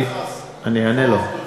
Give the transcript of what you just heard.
אני אענה לו.